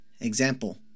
Example